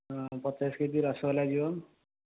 ପଚାଶ କେଜି ରସଗୋଲା ଯିବ